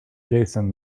jason